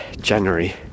January